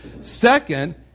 Second